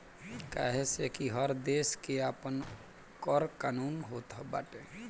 काहे से कि हर देस के आपन कर कानून होत बाटे